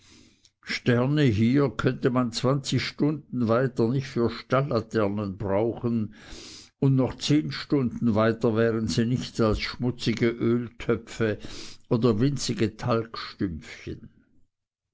sterne hier könnte man zwanzig stunden weiter nicht für stallaternen brauchen und noch zehn stunden weiter wären sie nichts als schmutzige öltöpfe oder winzige